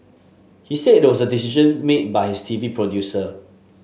he said it was a decision made by his T V producer